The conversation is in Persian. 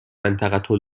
منطقه